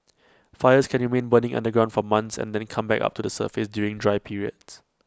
fires can remain burning underground for months and then come back up to the surface during dry periods